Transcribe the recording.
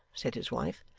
said his wife,